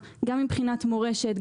גם מבחינת מורשת,